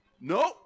No